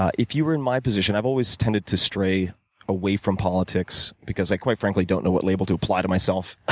ah if you were in my position i've always tended to stray away from politics because i quite frankly don't know what label to apply to myself. ah